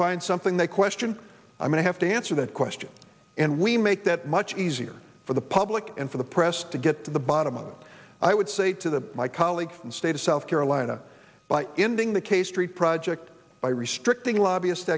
something they question i mean i have to answer that question and we make that much easier for the public and for the press to get to the bottom of i would say to my colleagues in state of south carolina by ending the k street project by restricting lobbyist